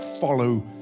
follow